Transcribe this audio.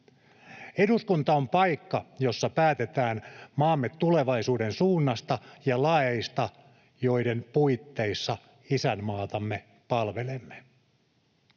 Eduskunta on paikka, jossa päätetään maamme tulevaisuuden suunnasta sekä laeista, joiden puitteissa isänmaatamme palvelemme.